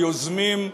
היוזמים,